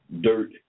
dirt